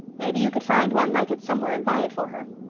maybe you could find one like it somewhere and buy it for her.